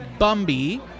Bumby